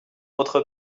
votre